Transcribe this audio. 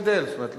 נשתדל, זאת אומרת.